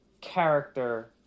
character